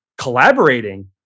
collaborating